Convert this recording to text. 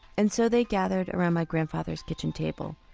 and so they gathered around my grandfather's kitchen table,